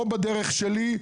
או בדרך שלי,